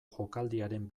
jokaldiaren